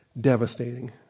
devastating